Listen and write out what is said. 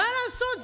מה לעשות?